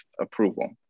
approval